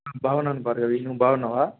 బాగున్నాను భార్గవి నువ్వు బాగున్నావా